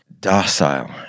docile